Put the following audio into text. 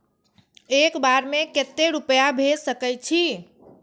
एक बार में केते रूपया भेज सके छी?